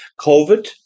COVID